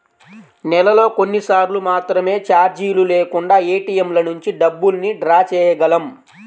నెలలో కొన్నిసార్లు మాత్రమే చార్జీలు లేకుండా ఏటీఎంల నుంచి డబ్బుల్ని డ్రా చేయగలం